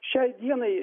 šiai dienai